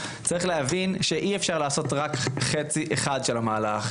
צריך להבין שאי-אפשר לעשות רק חצי אחד של המהלך.